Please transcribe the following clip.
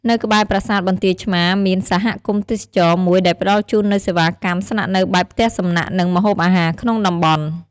នៅក្បែរប្រាសាទបន្ទាយឆ្មារ មាន សហគមន៍ទេសចរណ៍ មួយដែលផ្តល់ជូននូវសេវាកម្មស្នាក់នៅបែបផ្ទះសំណាក់ និងម្ហូបអាហារក្នុងតំបន់។